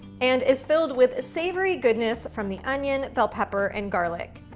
and is filled with savory goodness from the onion, bell pepper, and garlic.